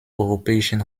europäischen